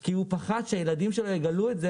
כי הוא פחד שהילדים שלו יגלו את זה.